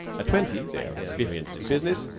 at twenty they are experienced in business,